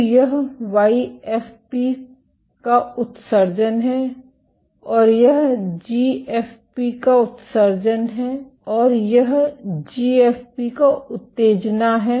तो यह वाईएफपी का उत्सर्जन है और यह जीएफपी का उत्तेजना है